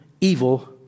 evil